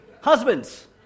Husbands